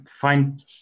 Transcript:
find